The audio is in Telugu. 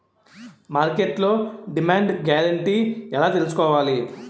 మార్కెట్లో డిమాండ్ గ్యారంటీ ఎలా తెల్సుకోవాలి?